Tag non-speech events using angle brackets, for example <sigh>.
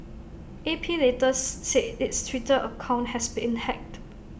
A P later <unintelligible> said its Twitter account has been hacked